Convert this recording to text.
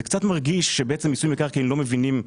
זה קצת מרגיש שבעצם מיסוי מקרקעין לא מבינים.